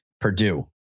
Purdue